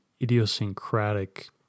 idiosyncratic